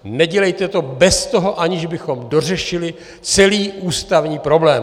Nedělejte to bez toho, aniž bychom dořešili celý ústavní problém.